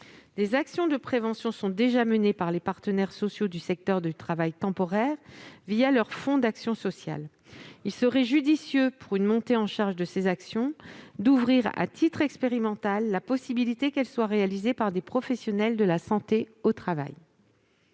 Des actions de prévention sont déjà menées par les partenaires sociaux du secteur du travail temporaire, leur fonds d'action sociale. Pour une montée en charge de ces actions, il serait judicieux d'ouvrir, à titre expérimental, la possibilité que celles-ci soient réalisées par des professionnels de la santé au travail.